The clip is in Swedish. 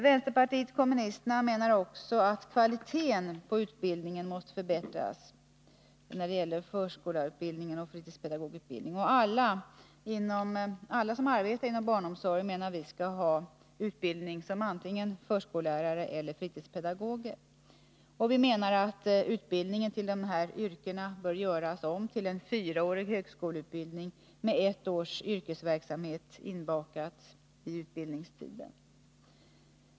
Vänsterpartiet kommunisterna menar också att kvaliteten på förskollärarutbildningen och fritidspedagogutbildningen måste förbättras. Alla som arbetar inom barnomsorgen bör ha utbildning antingen som förskollärare eller som fritidspedagoger. Utbildningen för dessa yrken bör göras om till en fyraårig högskoleutbildning med ett års yrkesverksamhet inbakad i utbildningstiden.